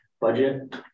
budget